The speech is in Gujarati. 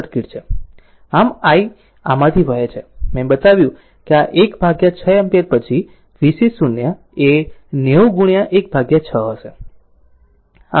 આમ i આમાંથી વહે છે મેં બતાવ્યું કે આ 16 એમ્પીયર પછી v C0 એ 90 1 6